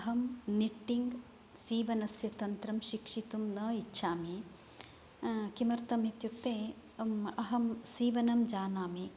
अहं निटिङ्ग् सीवनस्य तन्त्रं शिक्षितुं न इच्छामि किमर्थं इत्युक्ते अहं सीवनं जानामि